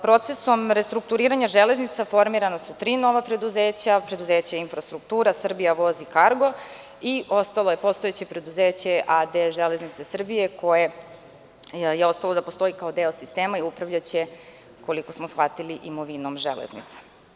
Procesom restrukturiranja železnica formirana su tri nova preduzeća, Preduzeće „Infrastruktura“, „Srbija voz“ i „Kargo“ i ostalo je postojeće preduzeće a.d. „Železnica Srbije“, koje je ostalo da postoji kao deo sistema i upravljaće, koliko smo shvatili imovinom železnice.